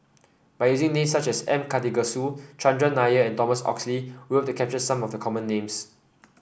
by using names such as M Karthigesu Chandran Nair and Thomas Oxley we hope to capture some of the common names